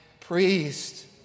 priest